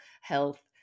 health